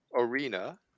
Arena